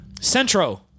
Centro